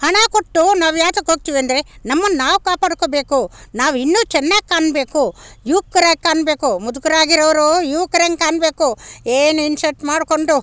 ಹಣ ಕೊಟ್ಟು ನಾವು ಯಾತಕ್ಕೋಗ್ತೀವಂದ್ರೆ ನಮ್ಮನ್ನು ನಾವು ಕಾಪಾಡ್ಕೊಬೇಕು ನಾವು ಇನ್ನೂ ಚೆನ್ನಾಗಿ ಕಾಣಬೇಕು ಯುವಕ್ರಾಗಿ ಕಾಣಬೇಕು ಮುದುಕರಾಗಿರೋರು ಯುವಕ್ರಂಗೆ ಕಾಣಬೇಕು ಏನು ಇನ್ ಶರ್ಟ್ ಮಾಡ್ಕೊಂಡು